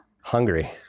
Hungry